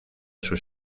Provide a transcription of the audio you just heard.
sus